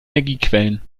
energiequellen